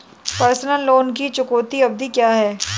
Personal loan की चुकौती अवधि क्या है?